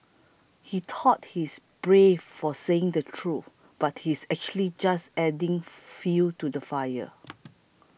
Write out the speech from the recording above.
he thought he's brave for saying the truth but he's actually just adding fuel to the fire